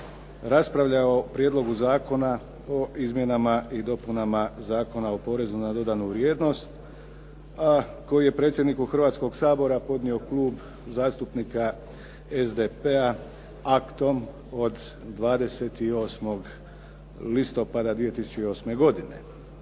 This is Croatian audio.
raspravljao o prijedlogu zakona o izmjenama i dopunama Zakona o porezu na dodanu vrijednost koji je predsjedniku Hrvatskoga sabora podnio Klub zastupnika SDP-a aktom od 28. listopada 2008. godine.